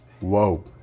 whoa